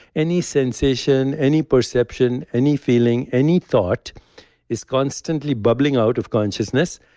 any sensation, any perception, any feeling, any thought is constantly bubbling out of consciousness.